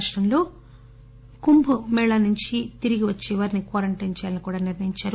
రాష్టంలో కుంభ మేళా నుంచి తిరిగి వచ్చే వారిని క్వారంటైన్ చేయాలని కూడా నిర్ణయించారు